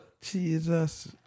Jesus